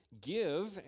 Give